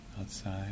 outside